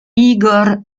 igor